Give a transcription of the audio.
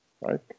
right